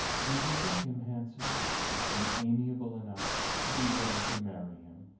do you think him handsome and amiable enough to be willing to marry him?